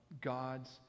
God's